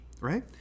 right